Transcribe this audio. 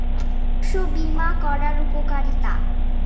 শস্য বিমা করার উপকারীতা?